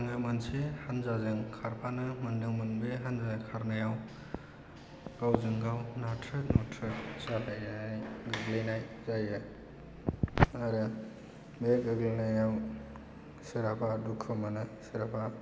आङो मोनसे हानजाजों खारफानो मोनदोंमोन बे हानजा खारनायाव गावजोंगाव नाथ्रोत नुथ्रोत जालायनाय बुलायनाय जायो आरो बे गोग्लैनायाव सोरहाबा दुखु मोनो सोरहाबा